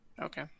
Okay